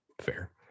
fair